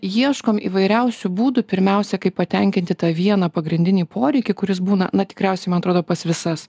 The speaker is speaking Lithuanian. ieškom įvairiausių būdų pirmiausia kaip patenkinti tą vieną pagrindinį poreikį kuris būna na tikriausiai man atrodo pas visas